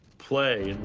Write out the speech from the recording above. play.